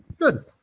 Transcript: Good